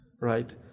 right